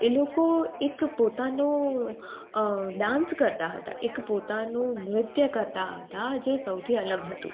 એ લોકો એક પોતાનો ડાન્સ કરતા હતા એક પોતાનું નૃત્ય કરતા હતા જે સૌથી અલગ હતું